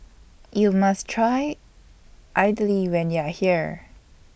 YOU must Try Idly when YOU Are here